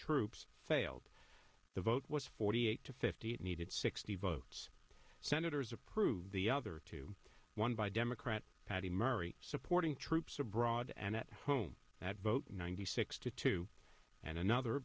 troops failed the vote was forty eight to fifty eight needed sixty votes senators approved the other two one by democrat patty murray supporting troops abroad and at home that vote ninety six to two and another